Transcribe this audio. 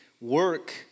work